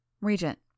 Regent